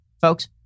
folks